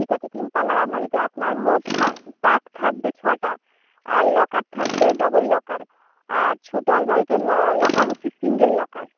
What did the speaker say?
ঠিক আছে তিন পাল্লার আলমারিতে আপনার মোট তাক থাকবে ছটা আর লকার থাকবে ডবল লকার আর ছোটো আলমারিতে লকার হচ্ছে সিঙ্গল লকার